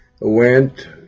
went